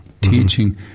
teaching